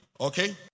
okay